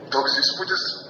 toks įspūdis